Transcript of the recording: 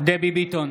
דבי ביטון,